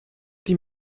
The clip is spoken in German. die